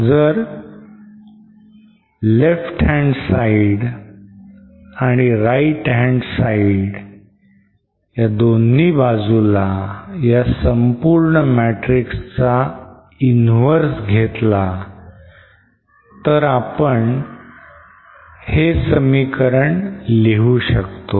जर LHS आणि RHS दोन्ही बाजूला ह्या संपूर्ण matrix चा inverse घेतला तर आपण हे समीकरण लिहू शकतो